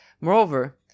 Moreover